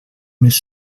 més